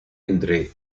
entre